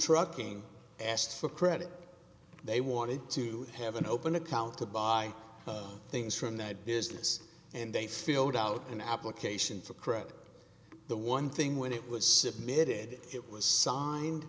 trucking asked for credit they wanted to have an open account to buy things from that business and they filled out an application for credit the one thing when it was submitted it was signed